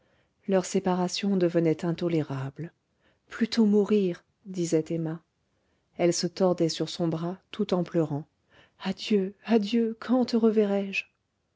leur séparation devenait intolérable plutôt mourir disait emma elle se tordait sur son bras tout en pleurant adieu adieu quand te reverrai-je